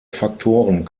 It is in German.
faktoren